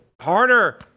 Harder